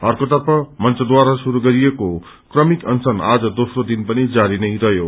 अर्कोतर्फ मंचद्वारा शुरू गरेको क्रमिक अनशन आज दोम्रो दिन पनि जारी नै रहयो